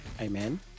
Amen